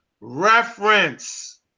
Reference